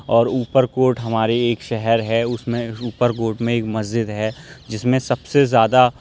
اور اوپر کوٹ ہمارے ایک شہر ہے اس میں اوپر کوٹ میں ایک مسجد ہے جس میں سب سے زیادہ